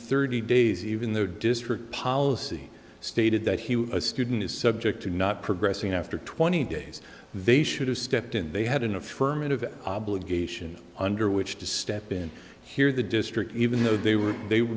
thirty days even though district policy stated that he was a student is subject to not progressing after twenty days they should have stepped in they had an affirmative obligation under which to step in here the district even though they were they